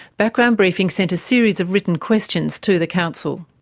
background briefing sent a series of written questions to the council.